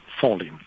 falling